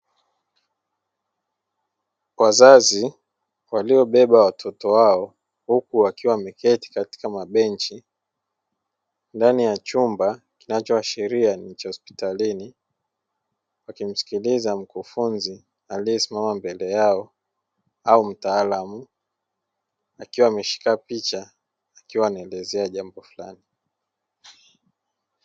Wazazi, waliobeba watoto wao huku wakiwa wameketi katika mabenchi, ndani ya chumba kinachoashiria ni cha hospitalini, wakimsikiliza mkufunzi aliesimama mbele yao au mtaalamu, akiwa ameshika picha akiwa anaelezea jambo fulani.